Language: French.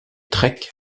trek